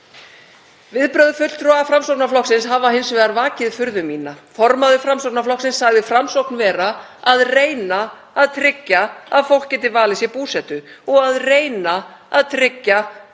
Viðbrögð fulltrúa Framsóknarflokksins hafa hins vegar vakið furðu mína. Formaður Framsóknarflokksins sagði Framsókn vera að reyna að tryggja að fólk geti valið sér búsetu og að reyna að tryggja grunnþjónustu til að skapa